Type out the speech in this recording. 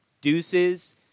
Deuces